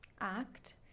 act